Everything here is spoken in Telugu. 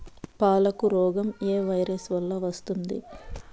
పాలకు రోగం ఏ వైరస్ వల్ల వస్తుంది?